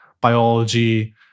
biology